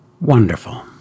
wonderful